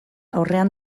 aurrean